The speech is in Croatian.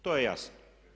To je jasno.